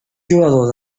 jugador